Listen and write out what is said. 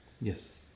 yes